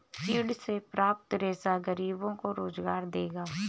चीड़ से प्राप्त रेशा गरीबों को रोजगार देगा